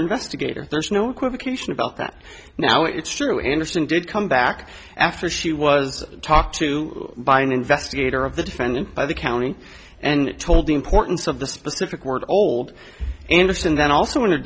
investigator there's no equivocation about that now it's true anderson did come back after she was talked to by an investigator of the defendant by the county and told the importance of the specific word old anderson then also in a